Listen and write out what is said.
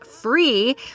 free